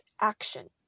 action